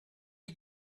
are